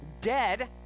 dead